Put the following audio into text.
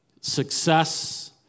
success